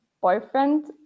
boyfriend